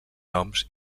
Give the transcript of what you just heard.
noms